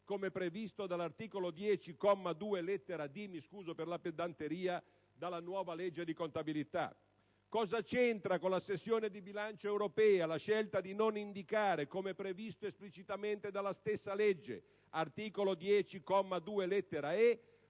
come previsto dall'articolo 10, comma 2, lettera *d)* - mi scuso per la pedanteria - della nuova legge di contabilità? Cosa c'entra con la sessione di bilancio europea la scelta di non indicare, come previsto esplicitamente dalla stessa legge (articolo 10, comma 2,